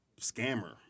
scammer